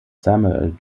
samuel